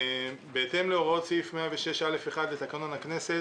בהתאם להוראות סעיף 106(א)(1) לתקנון הכנסת,